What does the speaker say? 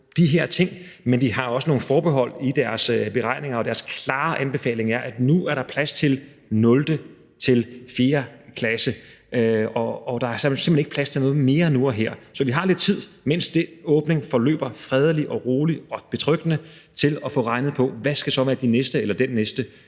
de her ting. Men de har jo også nogle forbehold i deres beregninger, og deres klare anbefaling er, at nu er der plads til 0.-4. klasse, og der er simpelt hen ikke plads til noget mere nu og her. Så vi har lidt tid, mens den åbning forløber fredeligt og roligt og betryggende, til at få regnet på, hvad der så skal være de næste skiver eller den næste